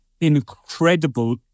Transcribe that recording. incredible